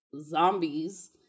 zombies